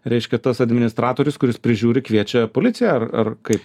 reiškia tas administratorius kuris prižiūri kviečia policiją ar ar kaip